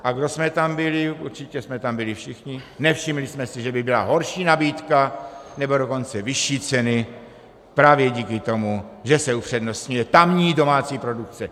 A kdo jsme tam byli, určitě jsme tam byli všichni, nevšimli jsme si, že by byla horší nabídka, nebo dokonce vyšší cena právě díky tomu, že se upřednostňuje tamní domácí produkce.